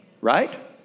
Right